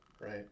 right